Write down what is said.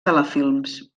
telefilms